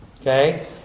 Okay